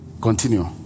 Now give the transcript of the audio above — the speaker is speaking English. Continue